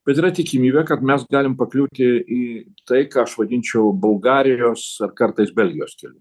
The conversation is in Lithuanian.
bet yra tikimybė kad mes galim pakliūti į tai ką aš vadinčiau bulgarijos ar kartais belgijos keliu